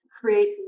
create